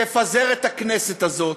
תפזר את הכנסת הזאת,